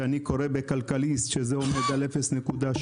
שאני קורא בכלכליסט שזה עומד על 0.6,